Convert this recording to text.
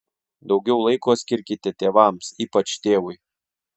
daugiau laiko skirkite tėvams ypač tėvui